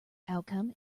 outcome